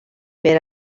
per